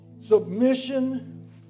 Submission